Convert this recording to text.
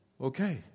Okay